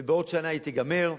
ובעוד שנה היא תיגמר.